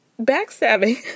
backstabbing